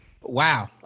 Wow